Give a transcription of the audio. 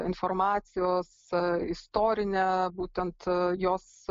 informacijos istorinę būtent jos